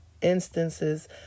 instances